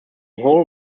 whole